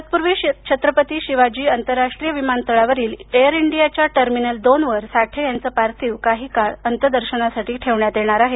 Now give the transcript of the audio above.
तत्पूर्वी छत्रपती शिवाजी आंतरराष्ट्रीय विमानतळावरील एअर इंडिया च्या टर्मिनल दोनवर साठे यांचे पार्थिव काही वेळ अंत्यदर्शनासाठी ठेवण्यात येणार आहे